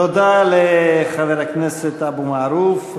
תודה לחבר הכנסת אבו מערוף.